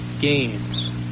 games